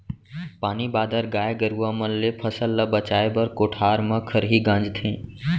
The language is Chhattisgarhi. पानी बादर, गाय गरूवा मन ले फसल ल बचाए बर कोठार म खरही गांजथें